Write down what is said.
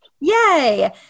Yay